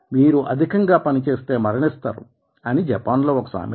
మీరు అధికంగా పని చేస్తే మరణిస్తారు అని జపాన్ లో ఒక సామెత